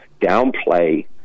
downplay